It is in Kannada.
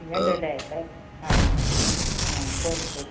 ಎಂಟು ಗಂಟೆ ಆಯಿತಾ ಹಾಂ ಹಾಂ ಕೋರ್ ಕೋ